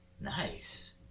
Nice